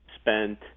spent